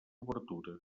obertures